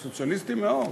הם סוציאליסטים מאוד,